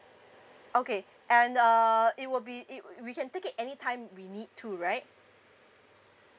okay and uh it will be it w~ we can take it any time we need to right